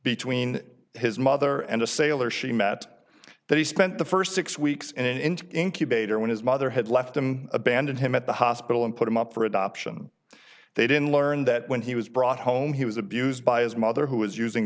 between his mother and a sailor she met that he spent the first six weeks and incubator when his mother had left him abandoned him at the hospital and put him up for adoption they didn't learn that when he was brought home he was abused by his mother who was using